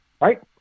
right